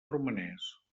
romanès